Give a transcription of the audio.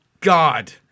God